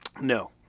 No